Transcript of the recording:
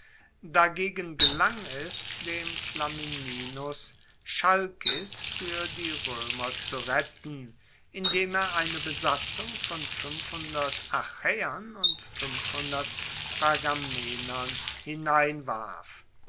dagegen gelang es dem flamininus chalkis fuer die roemer zu retten indem er eine besatzung von achaeern und pergamenern hineinwarf